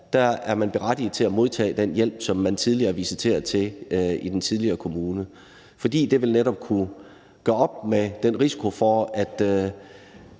år er man berettiget til at modtage den hjælp, som man er visiteret til i den tidligere kommune, fordi det netop vil kunne gøre op med den risiko, der er